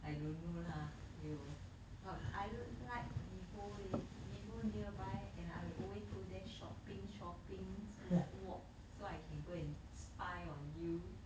I don't know lah !aiyo! but I like vivo leh vivo nearby and I'll always go there shopping shopping walk walk so I can go and spy on you